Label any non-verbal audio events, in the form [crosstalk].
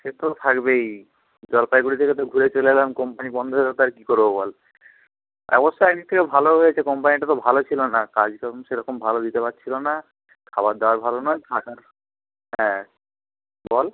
সে তো থাকবেই জলপাইগুড়ি থেকে তো ঘুরে চলে এলাম কোম্পানি বন্ধ হয়ে গেল তার কী করব বল অবশ্য একদিক থেকে ভালো হয়েছে কোম্পানিটা তো ভালো ছিল না কাজ [unintelligible] সেরকম ভালো দিতে পারছিল না খাওয়ার দাওয়ার ভালো নয় থাকার হ্যাঁ বল